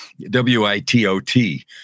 w-i-t-o-t